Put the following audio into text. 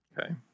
Okay